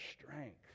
strength